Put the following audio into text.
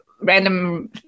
random